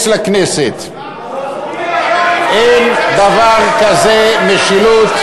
אין צורך בשום דבר.